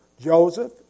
Joseph